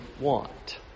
want